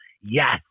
yes